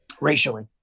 racially